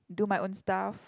do my own stuff